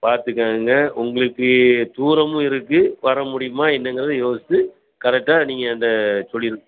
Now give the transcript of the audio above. பார்த்துக்கோங்க உங்களுக்கு தூரமும் இருக்குது வர முடியுமா என்னங்கிறதை யோசித்து கரெக்டாக நீங்கள் என்ட்ட சொல்லி